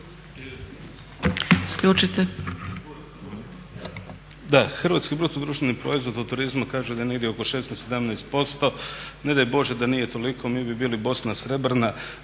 hrvatski BDP od turizma kaže da je negdje oko 16, 17%. Ne daj Bože da nije toliko, mi bi bili Bosna srebrna